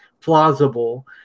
plausible